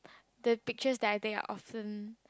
the pictures that I take are awesome